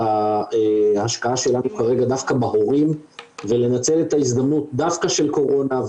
ההשקעה שלנו דווקא בהורים ולנצל את ההזדמנות דווקא של קורונה,